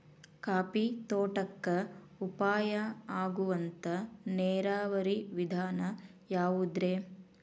Coffee ತೋಟಕ್ಕ ಉಪಾಯ ಆಗುವಂತ ನೇರಾವರಿ ವಿಧಾನ ಯಾವುದ್ರೇ?